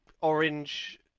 Orange